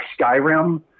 Skyrim